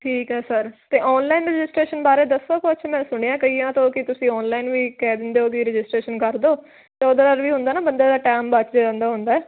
ਠੀਕ ਐ ਸਰ ਤੇ ਔਨਲਾਈਨ ਰਜਿਸਟਰੇਸ਼ਨ ਬਾਰੇ ਦੱਸੋ ਕੁਛ ਮੈਂ ਸੁਣਿਆ ਕਈਆਂ ਤੋਂ ਕੀ ਤੁਸੀਂ ਔਨਲਾਈਨ ਵੀ ਕਹਿ ਦਿੰਦੇ ਓ ਕੀ ਰਜਿਸਟਰੇਸ਼ਨ ਕਰਦੋ ਤੇ ਉਹਦੇ ਨਾਲ ਵੀ ਹੁੰਦਾ ਵੀ ਬੰਦੇ ਦਾ ਟਾਈਮ ਬਚ ਜਾਂਦਾ ਹੁੰਦਾ ਐ